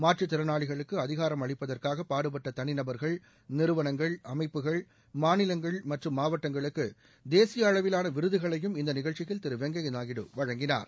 மாற்றுத் திறனாளிகளுக்கு அதிகாரம் அளிப்பதற்காக பாடுபட்ட தனி நபர்கள் நிறுவனங்கள் அமைப்புகள் மாநிலங்கள் மற்றும் மாவட்டங்களுக்கு தேசிய அளவிலான விருதுகளையும் இந்த நிகழ்ச்சியில் திரு வெங்கய்ய நாயுடு வழங்கினார்